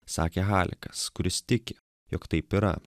sakė halikas kuris tiki jog taip yra